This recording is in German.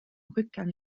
rückgang